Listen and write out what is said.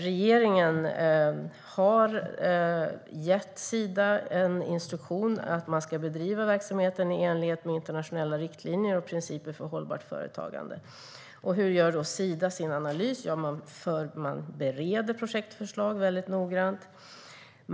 Regeringen har instruerat Sida att bedriva verksamheten i enlighet med internationella riktlinjer och principer för hållbart företagande. Hur gör då Sida sin analys? Jo, man bereder projektförslag väldigt noggrant.